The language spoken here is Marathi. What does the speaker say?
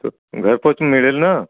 त घरपोच मिळेल ना